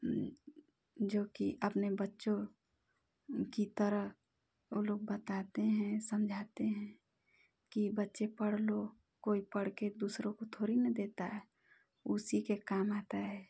जो कि अपने बच्चों की तरह वो लोग बताते हैं समझाते हैं कि बच्चे पढ़ लो कोई पढ़ के दूसरों को थोड़ी ना देता है उसी के काम आता है